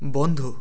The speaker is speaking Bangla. বন্ধ